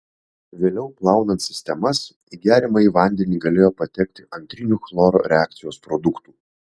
vėliau plaunant sistemas į geriamąjį vandenį galėjo patekti antrinių chloro reakcijos produktų